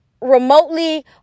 remotely